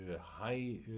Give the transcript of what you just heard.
high